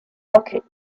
rocket